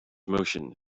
motion